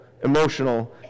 Emotional